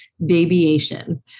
Babyation